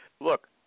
look